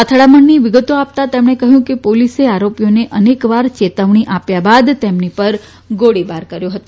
અથડામણની વિગતો આપતા તેમણે કહ્યું કે પોલીસે આરોપીઓને અનેકવાર ચેતવણી આપ્યા બાદ તેમની પર ગોળીબાર કર્યો હતો